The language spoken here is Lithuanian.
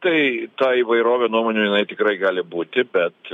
tai ta įvairovė nuomonių jinai tikrai gali būti bet